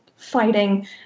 fighting